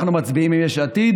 אנחנו מצביעים עם יש עתיד